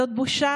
זאת בושה.